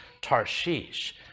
Tarshish